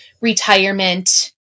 retirement